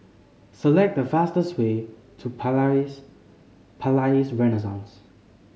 select the fastest way to Palais Renaissance